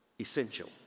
essential